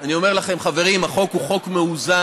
אני אומר לכם, חברים: החוק הוא חוק מאוזן.